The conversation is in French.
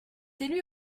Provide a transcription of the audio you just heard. élu